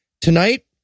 Tonight